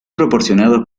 proporcionados